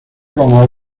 con